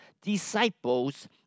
disciples